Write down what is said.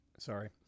Sorry